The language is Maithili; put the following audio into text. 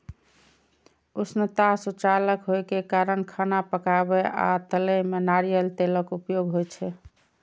उष्णता सुचालक होइ के कारण खाना पकाबै आ तलै मे नारियल तेलक उपयोग होइ छै